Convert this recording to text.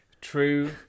True